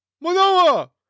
Manoa